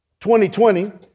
2020